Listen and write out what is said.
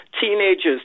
teenagers